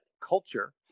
culture